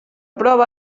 prova